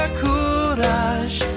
courage